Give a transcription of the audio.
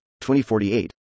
2048